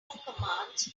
commands